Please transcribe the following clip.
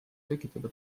tekitada